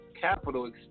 capital